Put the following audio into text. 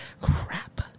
crap